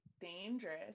dangerous